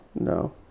no